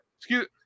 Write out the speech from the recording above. Excuse